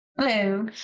Hello